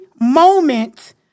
moment